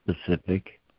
specific